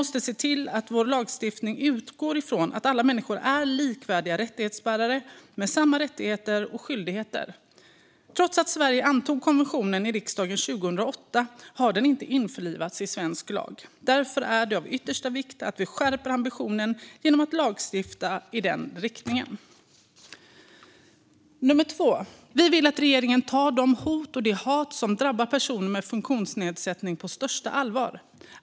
Svensk lagstiftning måste utgå ifrån att alla människor är likvärdiga rättighetsbärare med samma rättigheter och skyldigheter. Trots att Sverige antog konventionen i riksdagen 2008 har den inte införlivats i svensk lag. Därför är det av yttersta vikt att skärpa ambitionen genom att lagstifta i den riktningen. För det andra vill vi att regeringen tar de hot och det hat som drabbar personer med funktionsnedsättning på största allvar.